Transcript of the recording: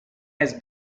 has